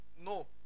no